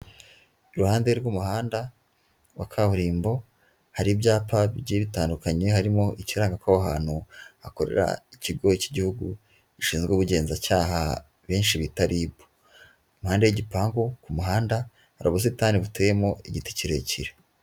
Iruhande rw'umuhanda, wa kaburimbo. Hari ibyapa bigiye bitandukanye, harimo ikiranga ko aho ahantu, hakorera ikigo cy'igihugu, gishinzwe ubugenzacyaha, benshi bita RIB. Impandeda y'igipangu ku muhanda, hari ubusitani buteyemo igiti kirekire.